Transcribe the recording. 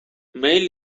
mail